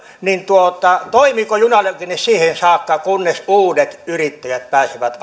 niin toimiiko junaliikenne siihen saakka kunnes uudet yrittäjät pääsevät